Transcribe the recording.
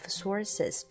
sources